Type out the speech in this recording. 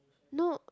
no